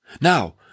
Now